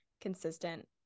consistent